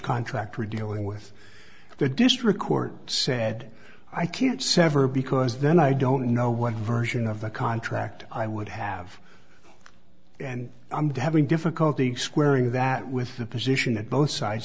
contractor dealing with the district court said i can't sever because then i don't know what version of the contract i would have and i'm devon difficulty squaring that with the position that both sides